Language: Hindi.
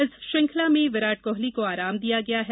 इस श्रृंखला में विराट कोहली को आराम दिया गया है